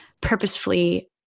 purposefully